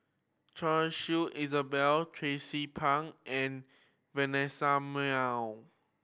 Choy Su Tracie Pang and Vanessa Mae